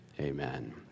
amen